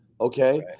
Okay